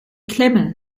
klemme